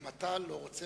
גם אתה לא רוצה